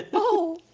oh.